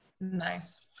Nice